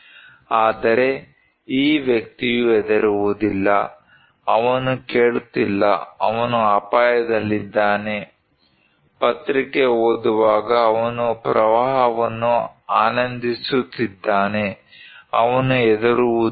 ಆದರೆ ಈ ವ್ಯಕ್ತಿಯು ಹೆದರುವುದಿಲ್ಲ ಅವನು ಕೇಳುತ್ತಿಲ್ಲ ಅವನು ಅಪಾಯದಲ್ಲಿದ್ದಾನೆ ಪತ್ರಿಕೆ ಓದುವಾಗ ಅವನು ಪ್ರವಾಹವನ್ನು ಆನಂದಿಸುತ್ತಿದ್ದಾನೆ ಅವನು ಹೆದರುವುದಿಲ್ಲ